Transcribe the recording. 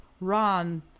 run